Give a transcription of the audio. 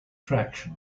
traction